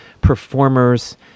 performers